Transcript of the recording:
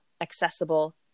accessible